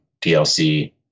DLC